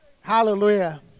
Hallelujah